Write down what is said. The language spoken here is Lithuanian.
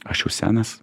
aš jau senas